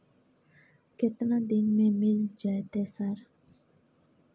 केतना दिन में मिल जयते सर?